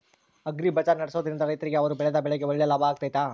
Agri bazaar ನಡೆಸ್ದೊರಿಂದ ರೈತರಿಗೆ ಅವರು ಬೆಳೆದ ಬೆಳೆಗೆ ಒಳ್ಳೆ ಲಾಭ ಆಗ್ತೈತಾ?